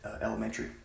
Elementary